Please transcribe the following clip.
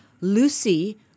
Lucy